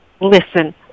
listen